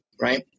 right